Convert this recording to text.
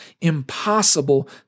impossible